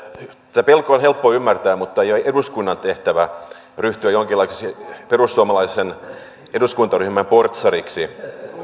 tämä pelko on helppo ymmärtää mutta ei ole eduskunnan tehtävä ryhtyä jonkinlaiseksi perussuomalaisen eduskuntaryhmän portsariksi